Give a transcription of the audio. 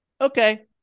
Okay